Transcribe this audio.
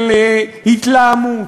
של התלהמות,